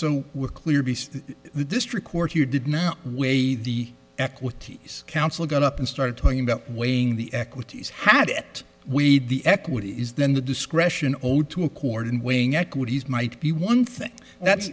so we're clear beast the district court you did now way the equities council got up and started talking about weighing the equities had it we'd the equity is then the discretion old to accord and weighing equities might be one thing that's